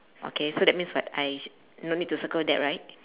okay so that means what I no need to circle that right